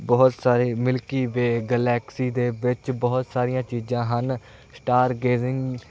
ਬਹੁਤ ਸਾਰੇ milky way galaxy ਦੇ ਵਿੱਚ ਬਹੁਤ ਸਾਰੀਆਂ ਚੀਜ਼ਾਂ ਹਨ ਸਟਾਰਗੇਜਿੰਗ